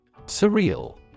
Surreal